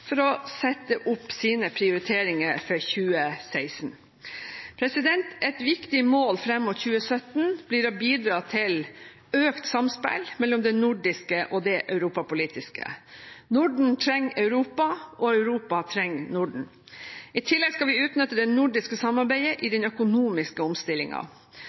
for å sette opp sine prioriteringer for 2016. Et viktig mål fram mot 2017 blir å bidra til økt samspill mellom det nordiske og det europapolitiske. Norden trenger Europa, og Europa trenger Norden. I tillegg skal vi utnytte det nordiske samarbeidet i